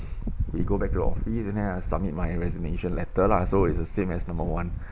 we go back to office and then I submit my resignation letter lah so it's the same as number one